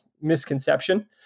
misconception